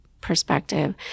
perspective